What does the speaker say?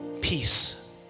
peace